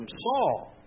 Saul